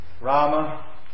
Rama